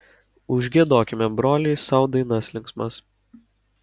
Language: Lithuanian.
užgiedokime broliai sau dainas linksmas